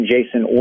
Jason